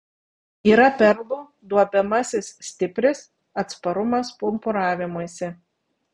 yra perlų duobiamasis stipris atsparumas pumpuravimuisi